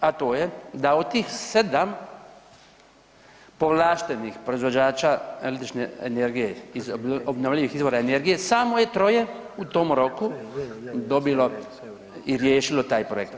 A to je da od tih 7 povlaštenih proizvođača električne energije iz obnovljivih izvora energije, samo je troje u tom roku dobilo i riješilo taj projekt.